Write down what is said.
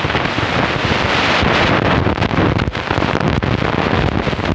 শস্য বীমা আবেদনের জন্য প্রয়োজনীয় কাগজপত্র কি কি?